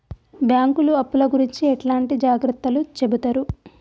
బ్యాంకులు అప్పుల గురించి ఎట్లాంటి జాగ్రత్తలు చెబుతరు?